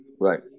right